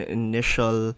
initial